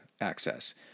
access